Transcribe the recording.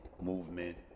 movement